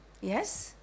Yes